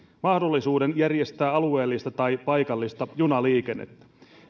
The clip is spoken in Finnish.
mahdollisuuden järjestää alueellista tai paikallista junaliikennettä